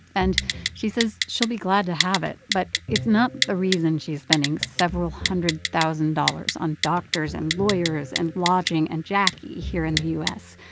and she says she'll be glad to have it, but it's not the reason she's spending several hundred thousand dollars on doctors and lawyers and lodging and jacquie here in the u s.